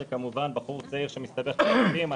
וברור שבחור צעיר שמסתבך בפלילים,